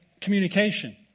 communication